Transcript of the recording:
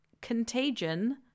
Contagion